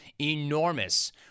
Enormous